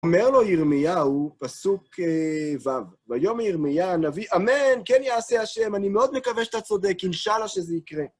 אומר לו ירמיהו, פסוק ו. ביאמר ירמיה הנביא, אמן, כן יעשה השם, אני מאוד מקווה שאתה צודק, אינשאללה שזה יקרה.